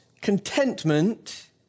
contentment